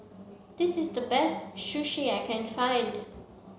this is the best Sushi that I can find